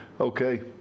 Okay